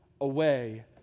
away